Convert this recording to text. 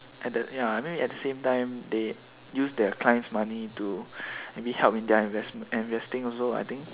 at the ya maybe at the same time they use their client's money to maybe help in their investment and investing also I think